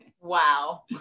Wow